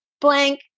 blank